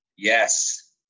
yes